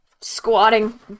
Squatting